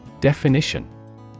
Definition